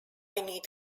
need